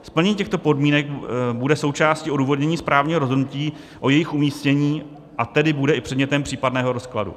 Splnění těchto podmínek bude součástí odůvodnění správního rozhodnutí o jejich umístění, a tedy bude i předmětem případného rozkladu.